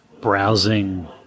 browsing